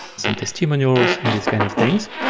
some testimonials and these kind of things.